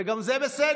וגם זה בסדר,